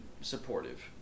supportive